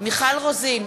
מיכל רוזין,